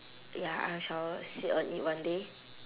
ya I shall sit on it one day